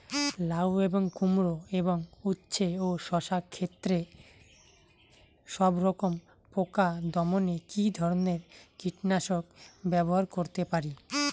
লাউ এবং কুমড়ো এবং উচ্ছে ও শসা ক্ষেতে সবরকম পোকা দমনে কী ধরনের কীটনাশক ব্যবহার করতে পারি?